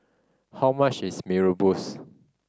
how much is Mee Rebus